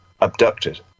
abducted